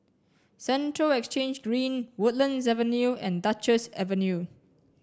Central Exchange Green Woodlands Avenue and Duchess Avenue